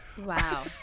Wow